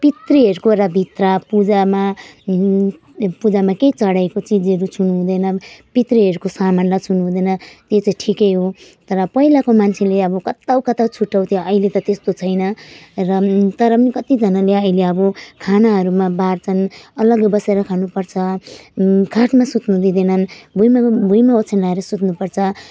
पितृहरूको र भित्र पूजामा पूजामा केही चढाएको चिजहरू छुनु हुँदैन पितृहरूको सामानलाई छुनु हुँदैन त्यो चाहिँ ठिक हो तर पहिलाको मान्छेले अब कता हो कता छुट्याउँथ्यो अहिले त त्यस्तो छैन र तर कतिजनाले अहिले अब खानाहरूमा बार्छन् अलगै बसेर खानु पर्छ खाटमा सुत्नु दिँदैनन् भुइँमा भुइँमा ओछ्यान लगाएर सुत्नु पर्छ